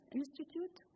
institute